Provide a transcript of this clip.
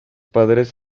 padres